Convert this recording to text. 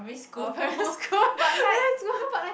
oh primary school primary school